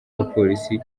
abapolisi